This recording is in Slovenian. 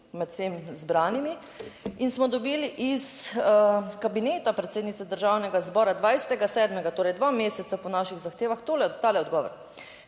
med vsemi zbranimi in smo dobili iz kabineta predsednice Državnega zbora 20. 7., torej dva meseca po naših zahtevah, tole, tale odgovor: